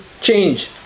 change